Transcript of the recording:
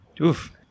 Oof